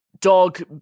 dog